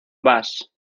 vas